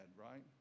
right